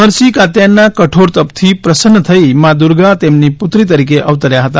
મહર્ષિ કાત્યાયનના કઠોર તપથી પ્રસન્ન થઈ માં દુર્ગા તેમની પુત્રી તરીકે અવતર્યા હતા